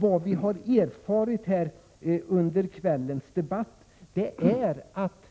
Vad vi har erfarit här under kvällens debatt är att